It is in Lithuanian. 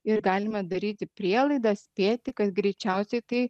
ir galime daryti prielaidą spėti kad greičiausiai tai